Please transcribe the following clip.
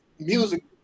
Music